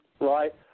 right